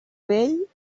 vell